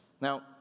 Now